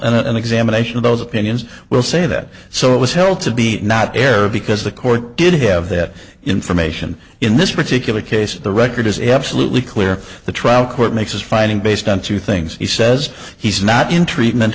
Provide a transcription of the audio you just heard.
of those opinions will say that so it was held to be not error because the court did have that information in this particular case the record is absolutely clear the trial court makes this finding based on two things he says he's not in treatment